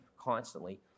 constantly